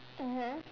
mmhmm